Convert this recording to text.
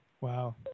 Wow